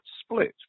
split